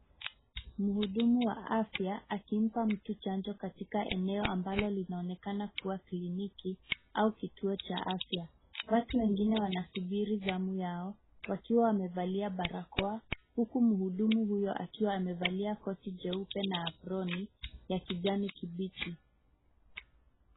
Mhudumu wa afya akimpa mtu chanjo katika eneo ambalo linaonekana kuwa kliniki au kituo cha afya. Watu wengine wanasubiri zamu yao wakiwa wakiwa wamevalia barakoa huku mhudumu huyo akiwa amevalia koti jeupe na aproni ya kijani kibichi.